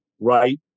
right